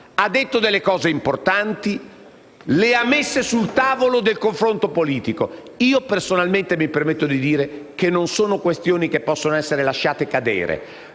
ha detto delle cose importanti e le ha messe sul tavolo del confronto politico. Personalmente mi permetto di dire che non sono questioni che possono essere lasciate cadere,